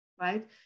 right